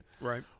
Right